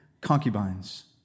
concubines